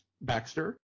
Baxter